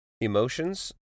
Emotions